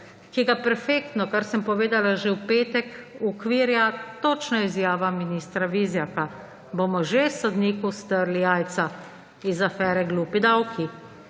ki ga perfektno, kar sem povedala že v petek, uokvirja točno izjava ministra Vizjaka, bomo že sodniku strli jajca iz afere »glupi davki«.